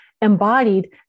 embodied